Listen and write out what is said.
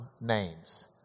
names